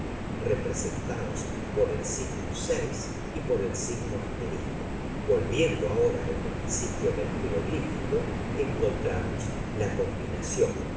representados por el y el volviendo ahora al principio del jeroglífico encontramos la combinación